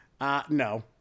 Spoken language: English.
No